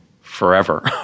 forever